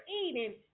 eating